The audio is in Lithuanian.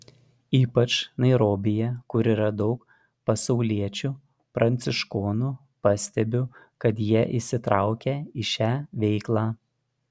ypač nairobyje kur yra daug pasauliečių pranciškonų pastebiu kad jie įsitraukę į šią veiklą